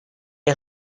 est